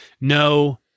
No